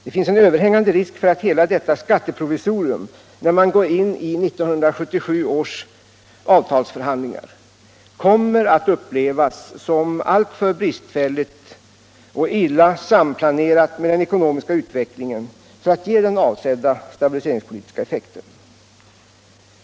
Det finns en överhängande risk för att hela detta skatteprovisorium vid 1977 års avtalsförhandlingar kommer att upplevas som alltför bristfälligt och illa samplanerat med den ekonomiska utvecklingen för att ge den avsedda stabiliseringspolitiska effekten.